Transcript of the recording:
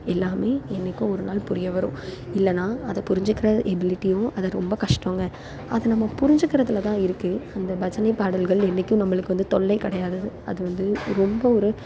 எல்லாம் என்றைக்கோ ஒரு நாள் புரிய வரும் இல்லைனா அதை புரிஞ்சுக்கிற எபிலிட்டியும் அது ரொம்ப கஷ்டங்க அதை நம்ம புரிஞ்சுக்கிறதுல தான் இருக்கு அந்த பஜனைப்பாடல்கள் என்றைக்கும் நம்மளுக்கு வந்து தொல்லை கிடையாது அது வந்து ரொம்ப ஒரு